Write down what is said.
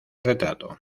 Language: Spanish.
retrato